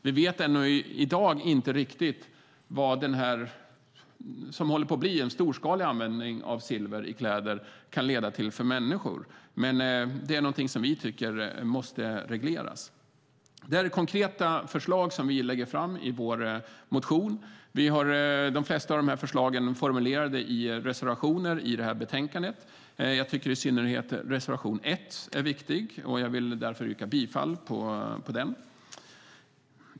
Vi vet ännu i dag inte riktigt vad det som håller på att bli en storskalig användning av silver i kläder kan leda till för människor, men det är något som vi tycker måste regleras. Det här är konkreta förslag som vi lägger fram i vår motion. De flesta av förslagen finns formulerade i reservationer i betänkandet. Jag tycker att i synnerhet reservation 1 är viktig, och jag vill därför yrka bifall till den.